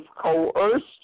coerced